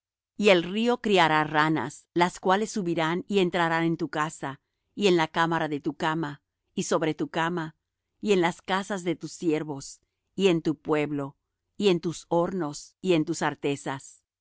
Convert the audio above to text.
y el río criará ranas las cuales subirán y entrarán en tu casa y en la cámara de tu cama y sobre tu cama y en las casas de tus siervos y en tu pueblo y en tus hornos y en tus artesas